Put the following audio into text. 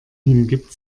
hingibt